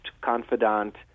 confidant